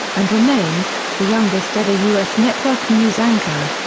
and remains, the youngest-ever u s. network news anchor.